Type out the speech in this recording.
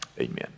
Amen